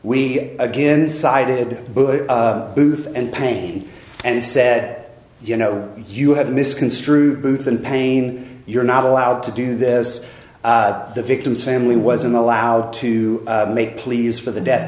we again sided booth and pain and said you know you have misconstrued booth and pain you're not allowed to do this the victim's family wasn't allowed to make pleas for the death